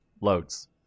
loads